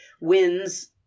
wins